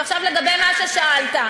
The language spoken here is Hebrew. ועכשיו לגבי מה ששאלת.